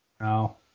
No